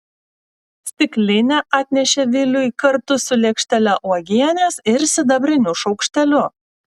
stiklinę atnešė viliui kartu su lėkštele uogienės ir sidabriniu šaukšteliu